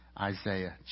Isaiah